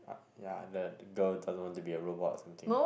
ya the the girl doesn't want to be a robot or something